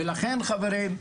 לכן חברים,